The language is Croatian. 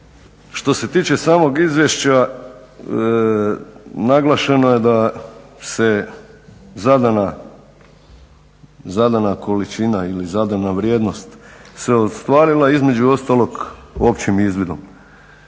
Što se tiče samog izvješća naglašeno je da se zadana količina ili zadana vrijednost se ostvarila između ostalog općim izvidom.